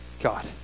God